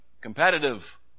competitive